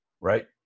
Right